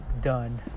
done